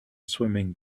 swimming